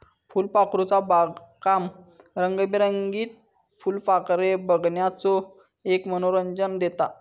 फुलपाखरूचा बागकाम रंगीबेरंगीत फुलपाखरे बघण्याचो एक मनोरंजन देता